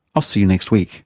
i'll see you next week